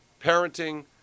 parenting